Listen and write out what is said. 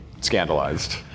scandalized